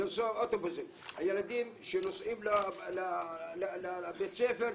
הילדים שנוסעים לבית ספר,